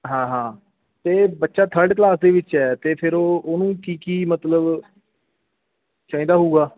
ਹਾਂ ਹਾਂ ਅਤੇ ਬੱਚਾ ਥਰਡ ਕਲਾਸ ਦੇ ਵਿੱਚ ਹੈ ਅਤੇ ਫਿਰ ਉਹ ਉਹਨੂੰ ਕੀ ਕੀ ਮਤਲਬ ਚਾਹੀਦਾ ਹੋਊਗਾ